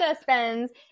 spends